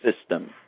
system